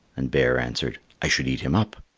and bear answered, i should eat him up.